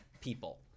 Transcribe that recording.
people